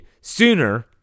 sooner